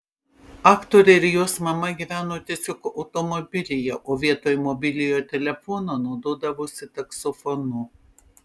aktorė ir jos mama gyveno tiesiog automobilyje o vietoj mobiliojo telefono naudodavosi taksofonu